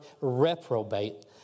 reprobate